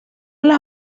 las